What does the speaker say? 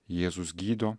jėzus gydo